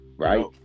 Right